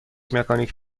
مکانیک